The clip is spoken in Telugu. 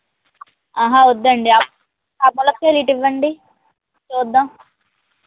వద్దండీ ఆ మునగకాయలు ఇటు ఇవ్వండి చూద్దాం